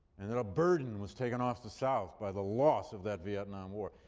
and that a burden was taken off the south by the loss of that vietnam war.